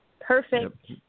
perfect